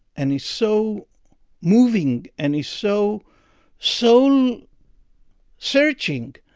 and is so moving, and is so soul searching,